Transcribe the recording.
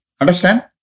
Understand